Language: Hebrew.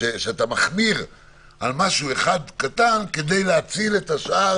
בהחמרה על משהו אחד קטן כדי להציל את השאר